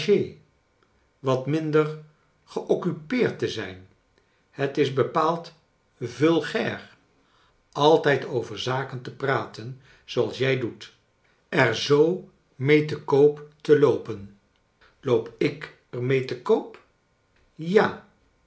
wat minder g eoccupeerd te zijn het is bepaald vulgair altijd over zaken te praten zooals jij doet er zoo mee te koop te loopen loop ik er mee te koop ja